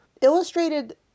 Illustrated